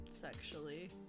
sexually